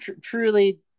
Truly